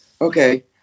Okay